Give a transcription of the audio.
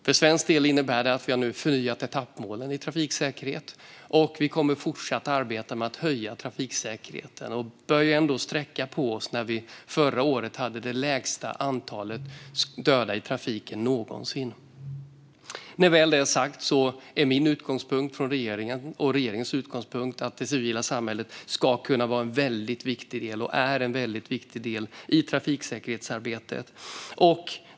För svensk del innebär detta att vi har förnyat etappmålen i trafiksäkerhet, och vi kommer att fortsätta att arbeta med att höja trafiksäkerheten. Vi bör ändå sträcka på oss med tanke på att vi förra året i Sverige hade det lägsta antalet döda i trafiken någonsin. När väl detta är sagt är regeringens och min utgångspunkt att det civila samhället ska vara en viktig del i trafiksäkerhetsarbetet.